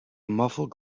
muffled